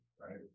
Right